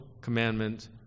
commandment